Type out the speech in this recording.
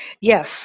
Yes